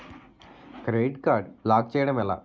Credit card block చేయడం ఎలా?